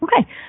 Okay